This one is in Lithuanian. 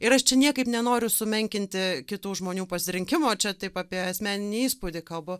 ir aš čia niekaip nenoriu sumenkinti kitų žmonių pasirinkimo čia taip apie asmeninį įspūdį kalbu